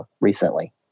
recently